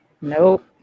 Nope